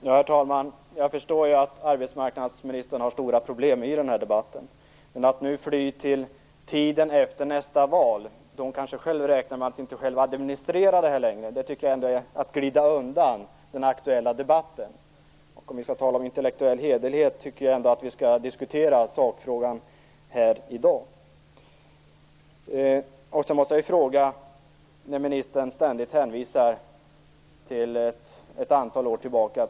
Herr talman! Jag förstår att arbetsmarknadsministern har stora problem i denna debatt. Men att nu fly till tiden efter nästa val, då hon kanske räknar med att inte själv administrera politiken längre, tycker jag är att glida undan den aktuella debatten. Om vi skall tala om intellektuell hederlighet tycker jag ändå att vi skall diskutera sakfrågan här i dag. Ministern hänvisar ständigt till hur det var för ett antal år sedan.